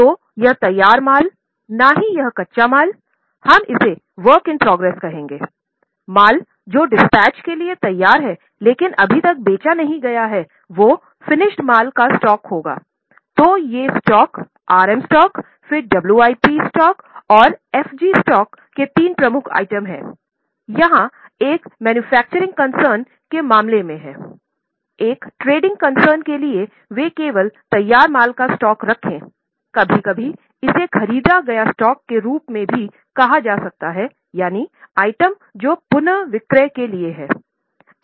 तो यह तैयार माल न ही यह कच्चा माल है हम इसे प्रगति के काम के लिए वे केवल तैयार माल का स्टॉक रखें कभी कभी इसे खरीदे गए स्टॉक के रूप में भी कहा जा सकता है यानी आइटम जो पुनर्विक्रय के लिए हैं